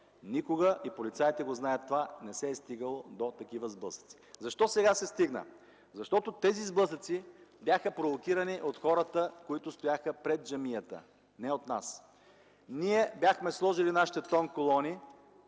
Никога, а и полицаите го знаят това – никога не се е стигало до такива сблъсъци. Защо сега се стигна? Защото тези сблъсъци бяха провокирани от хората, които стояха пред джамията. Не от нас. Ние бяхме сложили нашите тонколони